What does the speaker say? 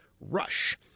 RUSH